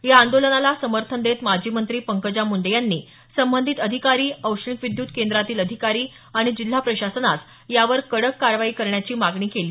या आंदोलनाला समर्थन देत माजी मंत्री पंकजा मंडे यांनी संबंधित अधिकारी औष्णिक विद्युत केंद्रातील अधिकारी आणि जिल्हा प्रशासनास यावर कडक कारवाई करण्याची मागणी केली